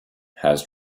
has